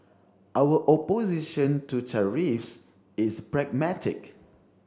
our opposition to tariffs is pragmatic